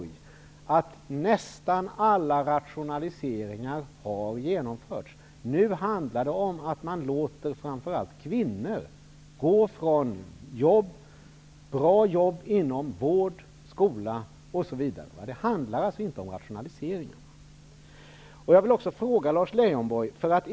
Jag kan försäkra honom att nästan alla rationaliseringar har genomförts. Nu handlar det om att man låter framförallt kvinnor gå från bra jobb inom vård, skola, osv. Det är inte fråga om rationaliseringar. Jag vill också ställa en fråga till Lars Leijonborg.